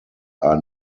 are